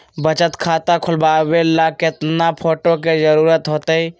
बचत खाता खोलबाबे ला केतना फोटो के जरूरत होतई?